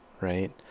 right